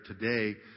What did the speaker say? today